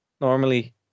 normally